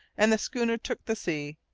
and the schooner took the sea.